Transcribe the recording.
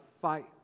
fight